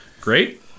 Great